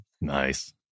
Nice